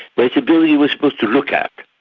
but it's a building you were supposed to look at.